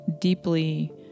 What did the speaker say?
deeply